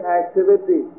activity